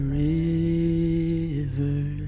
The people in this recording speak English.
river